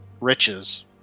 riches